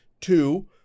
Two